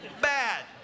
bad